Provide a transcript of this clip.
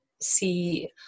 see